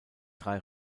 drei